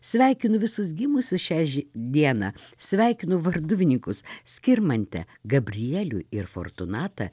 sveikinu visus gimusius šiaži dieną sveikinu varduvininkus skirmantę gabrielių ir fortūnatą